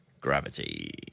gravity